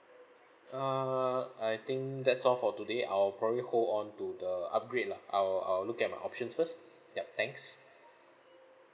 err I think that's all for today I'll probably hold on to the upgrade lah I will I'll look at my options first yup thanks